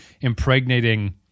impregnating